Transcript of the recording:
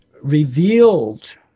revealed